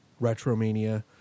RetroMania